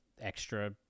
extra